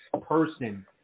person